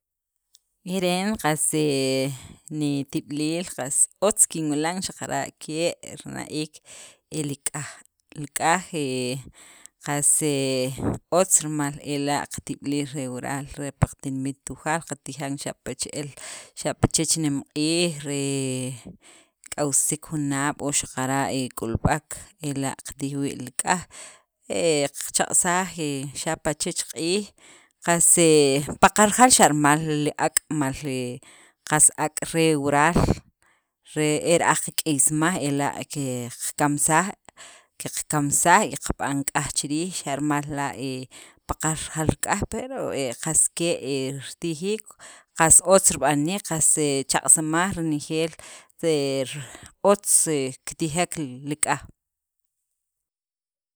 Ere'en qas he nitib'iliil qas otz kinwilan xaqara' ke' rina'iik, el k'aj, li k'aj he qas he otz he rimal ela' qatib'iliil re wural re pa qatinimit Tujaal qatijan xape' che'el xapa' chech nemq'iij ri k'awsisik junaab' o xaqara' he k'ulb'ek, ela' qatij wii' li k'aj, he qachaq'ajsaj he xapa' chech q'iij, qas he paqal rajaal xa' rimal li ak', mal e qas ak' re wural re era'aj qak'i'smaj, ela' qakamsaj, qakamsaj y kab'an k'aj chi riij, xa' rimal la' he paqal rajaal li k'aj pero qas ke' ritijiik, qas otz rib'aniik, qas e chaq'ajsimaj renejeel, otz ritijek li k'aj.